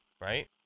right